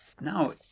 Now